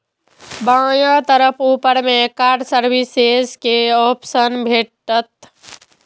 बायां तरफ ऊपर मे कार्ड सर्विसेज के ऑप्शन भेटत